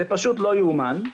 זה פשוט לא יאומן,